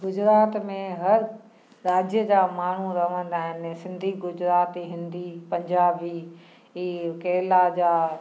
गुजरात में हर राज्य जा माण्हू रहंदा आहिनि सिंधी गुजराती हिंदी पंजाबी हीउ केरला जा